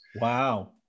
wow